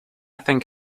think